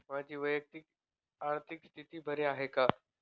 माझी वैयक्तिक आर्थिक स्थिती बरी आहे का?